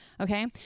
okay